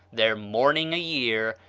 their mourning a year,